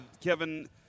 Kevin